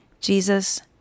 Jesus